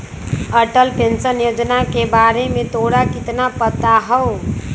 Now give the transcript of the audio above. Atal pension योजना के बारे में तोरा कितना पता हाउ?